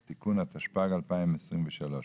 (תיקון), התשפ"ג-2023.